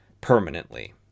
permanently